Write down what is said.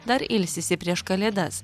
dar ilsisi prieš kalėdas